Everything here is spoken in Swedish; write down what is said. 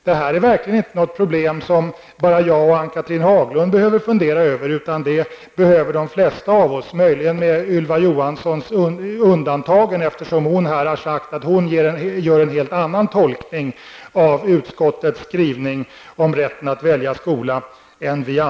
Det här är verkligen inte ett problem som bara jag och Ann-Cathrine Haglund behöver fundera över, utan det är ett problem som de flesta av oss behöver fundera över -- möjligen med undantag av Ylva Johansson, eftersom hon här har sagt att hon gör en helt annan tolkning än vi andra tycks göra beträffande utskottets skrivning om rätten att välja skola.